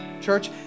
church